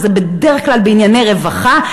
וזה בדרך כלל בענייני רווחה,